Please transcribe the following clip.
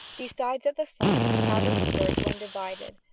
besides at the fronts of the outer skirt when divided,